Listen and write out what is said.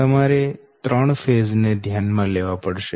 તમારે બધા 3 ફેઝ ને ધ્યાનમાં લેવા પડશે